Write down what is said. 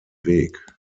weg